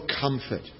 comfort